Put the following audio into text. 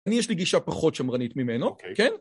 אני, יש לי גישה פחות שמרנית ממנו, כן?